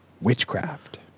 witchcraft